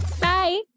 Bye